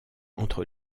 entre